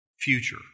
future